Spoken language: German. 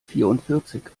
vierundvierzig